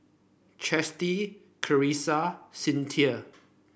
Chasity Clarissa Cyntha